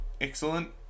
Excellent